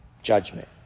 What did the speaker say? Judgment